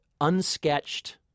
unsketched